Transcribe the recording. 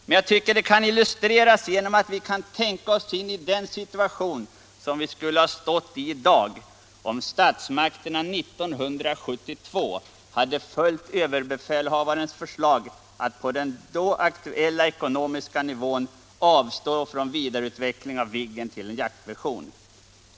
Men jag tycker att det kan illustreras genom att vi tänker oss in i den situation som vi skulle ha varit i i dag, om statsmakterna 1972 hade följt överbefälhavarens förslag att på den då aktuella ekonomiska nivån avstå från vidareutveckling av Viggen till jaktversion.